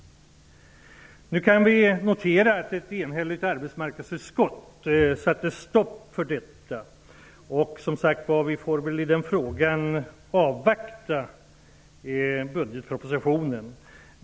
Nu kan vi notera att ett enhälligt arbetsmarknadsutskott har satt stopp för detta. Vi får väl i den frågan avvakta budgetpropositionen.